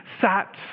sat